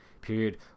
period